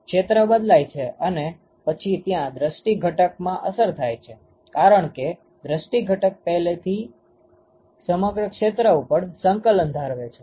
ક્ષેત્ર બદલાય છે અને પછી ત્યાં દ્રષ્ટી ઘટકમાં અસર થાય છે કારણ કે દ્રષ્ટી ઘટક પહેલેથી સમગ્ર ક્ષેત્ર ઉપર સંકલન ધરાવે છે